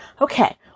okay